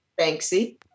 Banksy